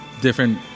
different